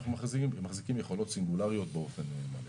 מחזיקים יכולות סינגולריות באופן מלא.